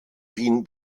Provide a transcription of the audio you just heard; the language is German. wien